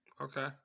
Okay